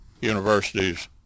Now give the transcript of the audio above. universities